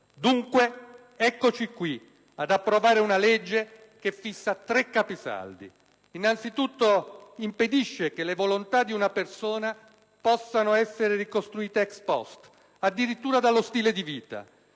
Dunque, eccoci qui ad approvare una legge che fissa tre capisaldi. Innanzitutto impedisce che le volontà di una persona possano essere ricostruite *ex post*, addirittura dallo stile di vita.